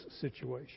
situation